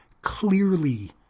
clearly